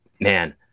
man